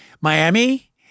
Miami